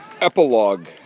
Epilogue